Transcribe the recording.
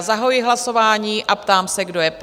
Zahajuji hlasování a ptám se, kdo je pro?